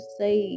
say